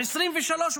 ב-2023,